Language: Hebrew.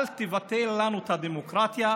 אל תבטל לנו את הדמוקרטיה,